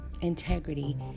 Integrity